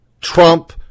Trump